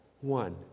one